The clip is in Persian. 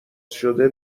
شده